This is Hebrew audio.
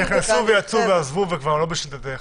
שנכנסו, יצאו ועזבו, וכבר לא בשליטתך.